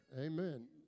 Amen